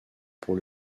pour